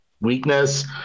weakness